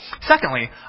Secondly